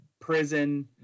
prison